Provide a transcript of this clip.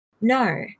No